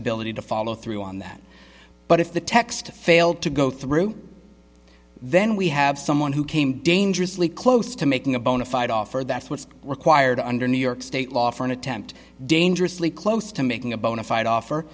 ability to follow through on that but if the text failed to go through then we have someone who came dangerously close to making a bona fide offer that's what's required under new york state law for an attempt dangerously close to making a bona fide offer